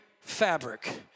fabric